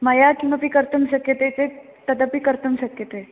मया किमपि कर्तुं शक्यते चेत् तदपि कर्तुं शक्यते